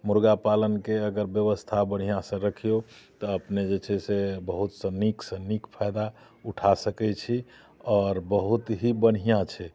मुर्गापालनके अगर ब्यवस्था बढ़िआँसँ रखियौ तऽ अपनेके जे छै से बहुत नीकसँ नीक फायदा उठा सकै छी आओर बहुत ही बढ़िआँ छै